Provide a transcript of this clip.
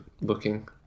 looking